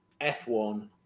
F1